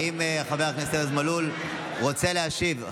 האם חבר הכנסת ארז מלול רוצה להשיב?